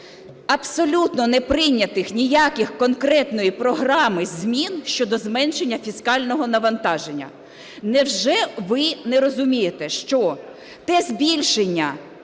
абсолютно неприйнятих ніяких, конкретної програми змін щодо зменшення фіскального навантаження. Невже ви не розумієте, що те збільшення